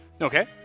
okay